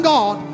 God